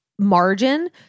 margin